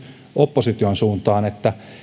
opposition suuntaan